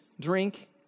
drink